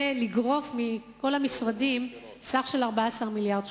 לגרוף מכל המשרדים סך 14 מיליארד שקלים.